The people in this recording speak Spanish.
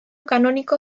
canónico